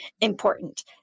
important